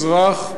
אזרח,